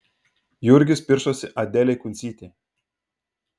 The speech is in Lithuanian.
jurgis piršosi adelei kuncytei